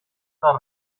the